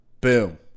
Boom